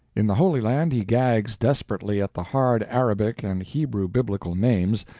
in the holy land he gags desperately at the hard arabic and hebrew biblical names,